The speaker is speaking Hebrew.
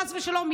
חס ושלום,